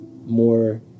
More